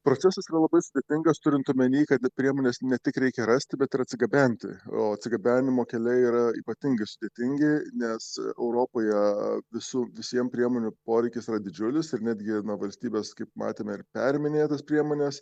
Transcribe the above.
procesas yra labai sudėtingas turint omeny kad priemones ne tik reikia rasti bet ir atsigabenti o gabenimo keliai yra ypatingai sudėtingi nes europoje visų visiem priemonių poreikis yra didžiulis ir netgi na valstybės kaip matėme ir perėminėja tas priemones